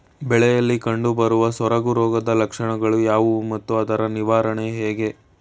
ಬೆಳೆಯಲ್ಲಿ ಕಂಡುಬರುವ ಸೊರಗು ರೋಗದ ಲಕ್ಷಣಗಳು ಯಾವುವು ಮತ್ತು ಅದರ ನಿವಾರಣೆ ಹೇಗೆ?